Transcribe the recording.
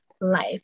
life